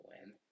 win